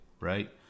right